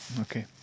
okay